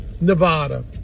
Nevada